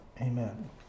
Amen